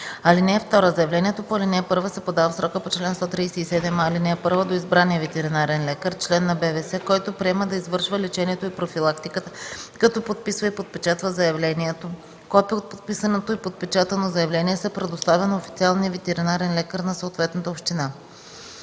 лекар. (2) Заявлението по ал. 1 се подава в срока по чл. 137а, ал. 1 до избрания ветеринарен лекар, член на БВС, който приема да извършва лечението и профилактиката като подписва и подпечатва заявлението. Копие от подписаното и подпечатано заявление се предоставя на официалния ветеринарен лекар на съответната община”.”